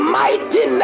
mighty